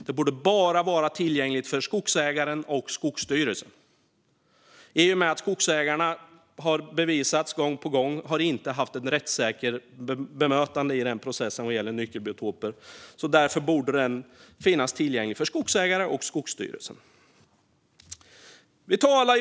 Det borde bara vara tillgängligt för skogsägaren och Skogsstyrelsen i och med att det gång på gång har bevisats att skogsägarna inte har fått ett rättssäkert bemötande i processen vad gäller nyckelbiotoper. Därför borde registret alltså finnas tillgängligt för skogsägare och Skogsstyrelsen. Fru talman!